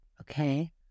Okay